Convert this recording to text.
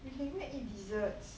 we can go and eat desserts